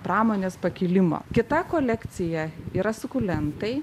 pramonės pakilimo kita kolekcija yra sukulentai